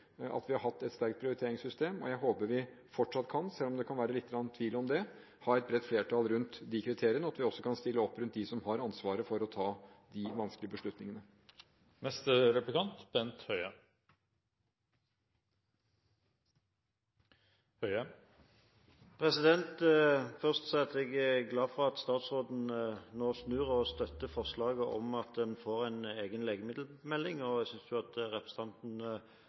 at vi har hatt et sterkt prioriteringssystem, og jeg håper vi fortsatt kan – selv om det kan være lite grann tvil om det – ha et bredt flertall rundt disse kriteriene, og at vi også kan stille opp rundt dem som har ansvaret for å ta de vanskelige beslutningene. Først vil jeg si at jeg er glad for at statsråden nå snur og støtter forslaget om at en får en egen legemiddelmelding, og jeg synes at representanten